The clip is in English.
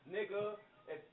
Nigga